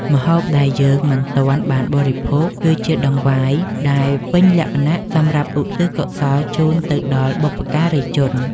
ម្ហូបដែលយើងមិនទាន់បានបរិភោគ គឺជាដង្វាយដែលពេញលក្ខណៈសម្រាប់ឧទ្ទិសកុសលជូនទៅដល់បុព្វការីជន។